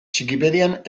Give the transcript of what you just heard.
txikipedian